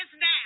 now